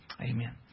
Amen